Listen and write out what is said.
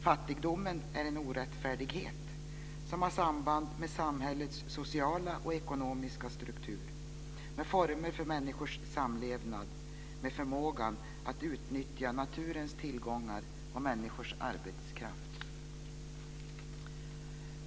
Fattigdomen är en orättfärdighet som har samband med samhällets sociala och ekonomiska struktur, med former för människors samlevnad, med förmågan att utnyttja naturens tillgångar och människors arbetskraft."